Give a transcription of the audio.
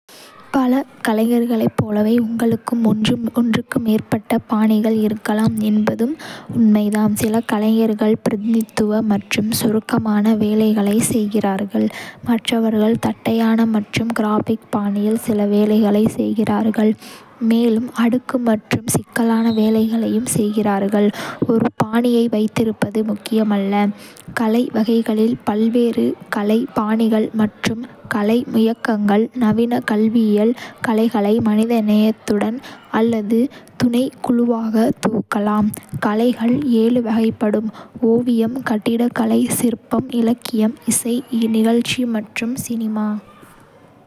பல கலைஞர்களைப் போலவே உங்களுக்கும் ஒன்றுக்கு மேற்பட்ட பாணிகள் இருக்கலாம் என்பதும் உண்மைதான். சில கலைஞர்கள் பிரதிநிதித்துவ மற்றும் சுருக்கமான வேலைகளை செய்கிறார்கள். மற்றவர்கள் தட்டையான மற்றும் கிராஃபிக் பாணியில் சில வேலைகளைச் செய்கிறார்கள், மேலும் அடுக்கு மற்றும் சிக்கலான வேலைகளையும் செய்கிறார்கள். ஒரு பாணியை வைத்திருப்பது முக்கியமல்ல.கலை வகைகளில் பல்வேறு கலை பாணிகள் மற்றும் கலை இயக்கங்கள், நவீன கல்வியில், கலைகளை மனிதநேயத்துடன் அல்லது துணைக்குழுவாக தொகுக்கலாம். கலைகள் ஏழு வகைப்படும்: ஓவியம், கட்டிடக்கலை, சிற்பம், இலக்கியம், இசை, நிகழ்ச்சி மற்றும் சினிமா.